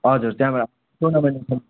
हजुर त्यहाँबाट टुर्नामेन्ट खेल